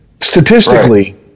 Statistically